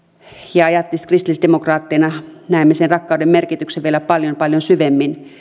ja ja erityisesti kristillisdemokraatteina näemme sen rakkauden merkityksen vielä paljon paljon syvemmin